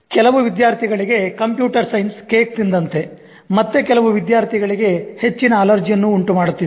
ಕೆಲವು ವಿದ್ಯಾರ್ಥಿಗಳಿಗೆ computer science cake ತಿಂದಂತೆ ಮತ್ತೆ ಕೆಲವು ವಿದ್ಯಾರ್ಥಿಗಳಿಗೆ ಹೆಚ್ಚಿನ ಅಲರ್ಜಿಯನ್ನು ಉಂಟು ಮಾಡುತ್ತಿದೆ